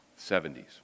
70s